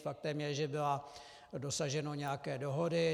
Faktem je, že bylo dosaženo nějaké dohody.